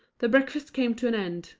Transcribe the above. the breakfast came to an end,